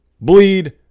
bleed